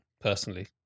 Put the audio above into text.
personally